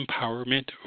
Empowerment